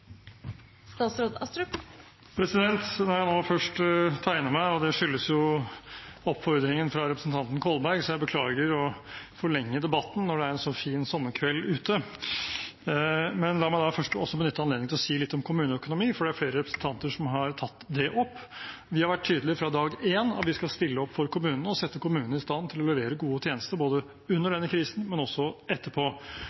jeg nå først tegnet meg – og det skyldes oppfordringen fra representanten Kolberg, så jeg beklager å forlenge debatten når det er en så fin sommerkveld ute – la meg først benytte anledningen til å si litt om kommuneøkonomi, for det er flere representanter som har tatt opp det opp. Vi har vært tydelige fra dag én på at vi skal stille opp for kommunene og sette kommunene i stand til å levere gode tjenester både under